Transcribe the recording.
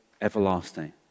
everlasting